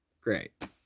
Great